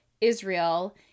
Israel